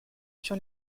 sur